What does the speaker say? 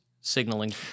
signaling